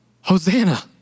Hosanna